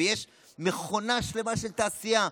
ויש מכונה שלמה של תעשייה,